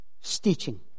stitching